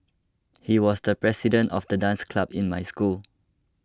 he was the president of the dance club in my school